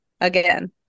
again